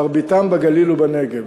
מרביתה בגליל ובנגב.